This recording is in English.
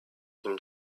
him